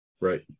right